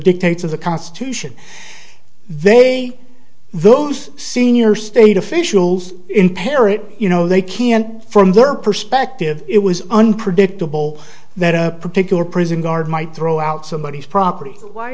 the constitution they those senior state officials in parrot you know they can't from their perspective it was unpredictable that a particular prison guard might throw out somebody's property